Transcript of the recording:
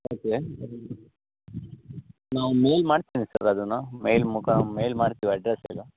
okay ನಾವು mail ಮಾಡ್ತೀವಿ sir ಅದನ್ನ ಮೈಲ್ ಮುಖ ಮೈಲ್ ಮಾಡ್ತಿವಿ ಅಡ್ರೆಸ್ಸ್ ಎಲ್ಲ